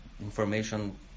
information